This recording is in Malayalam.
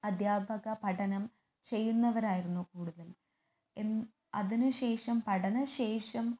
അദ്ധ്യാപക പഠനം ചെയ്യുന്നവരായിരുന്നു കൂടുതൽ എ അതിന് ശേഷം പഠനശേഷം